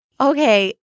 Okay